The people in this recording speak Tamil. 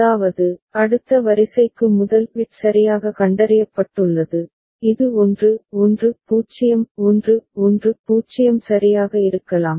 அதாவது அடுத்த வரிசைக்கு முதல் பிட் சரியாக கண்டறியப்பட்டுள்ளது இது 1 1 0 1 1 0 சரியாக இருக்கலாம்